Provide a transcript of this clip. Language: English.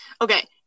Okay